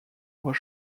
mois